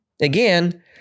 again